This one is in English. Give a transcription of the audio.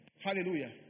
hallelujah